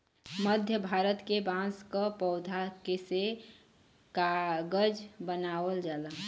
मध्य भारत के बांस क पौधा से कागज बनावल जाला